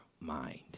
mind